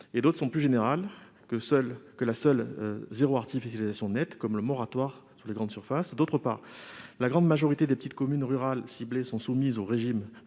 D'autres sont plus générales que la seule « zéro artificialisation nette », comme le moratoire sur les grandes surfaces. Ensuite, la grande majorité des petites communes rurales ciblées sont soumises au régime